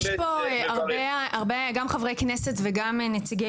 יש פה הרבה גם חברי כנסת וגם נציגי